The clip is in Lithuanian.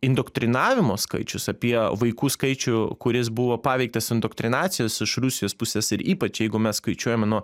indoktrinavimo skaičius apie vaikų skaičių kuris buvo paveiktas indoktrinacijos iš rusijos pusės ir ypač jeigu mes skaičiuojame nuo